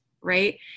right